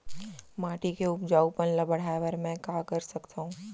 माटी के उपजाऊपन ल बढ़ाय बर मैं का कर सकथव?